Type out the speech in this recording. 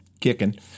kicking